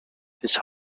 his